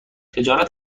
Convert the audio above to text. تجارت